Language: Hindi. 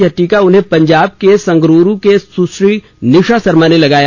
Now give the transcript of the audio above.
यह टीका उन्हें पंजाब के संगरूर की सुश्री निशा शर्मा ने लगाया